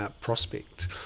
prospect